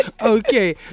Okay